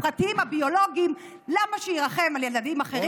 הפרטיים, הביולוגיים, למה שירחם על ילדים אחרים?